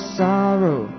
sorrow